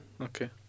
Okay